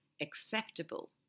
acceptable